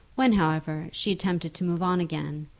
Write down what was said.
when, however, she attempted to move on again,